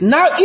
Now